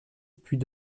puis